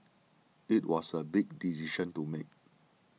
it was a big decision to make